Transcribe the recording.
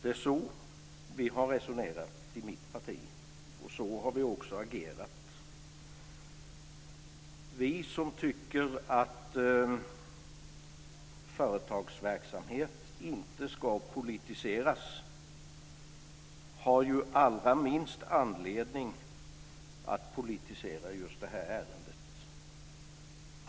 Det är så vi har resonerat i mitt parti, och så har vi också agerat. Vi som tycker att företagsverksamhet inte ska politiseras har ju allra minst anledning att politisera just det här ärendet.